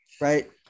right